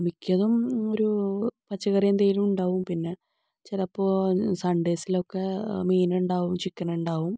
മിക്കതും ഒരു പച്ചക്കറി എന്തെങ്കിലും ഉണ്ടാകും പിന്നെ ചിലപ്പോൾ സൺഡേസിലൊക്കെ മീനുണ്ടാകും ചിക്കനുണ്ടാകും